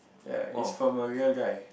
ya from a real guy